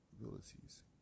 abilities